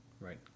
right